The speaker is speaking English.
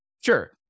Sure